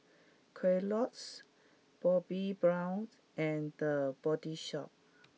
Kellogg's Bobbi Brown and The Body Shop